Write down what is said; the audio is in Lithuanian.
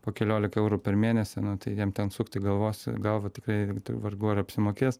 po kelioliką eurų per mėnesį tai jam ten sukti galvos galvą tikrai vargu ar apsimokės